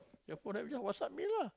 your phone have then WhatsApp me lah